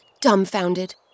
dumbfounded